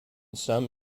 some